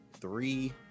three